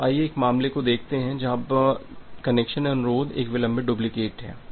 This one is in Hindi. तो आइए एक मामले को देखते हैं जब कनेक्शन अनुरोध एक विलंबित डुप्लिकेट है